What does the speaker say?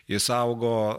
jis augo